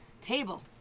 table